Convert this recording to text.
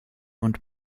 und